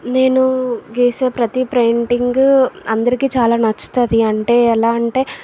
నేను గీసే ప్రతి పెయింటింగ్ అందరికి చాలా నచ్చుతుంది అంటే ఎలా అంటే